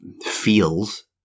feels